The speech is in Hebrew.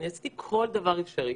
אני עשיתי כל דבר אפשרי,